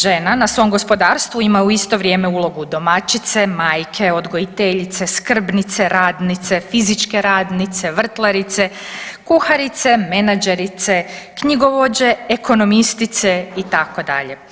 Žena na svom gospodarstvu ima u isto vrijeme ulogu domaćice, majke, odgojiteljice, skrbnice, radnice, fizičke radnice, vrtlarice, kuharice, menađerice, knjigovođe, ekonomistice itd.